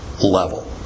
level